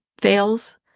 fails